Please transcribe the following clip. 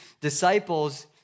disciples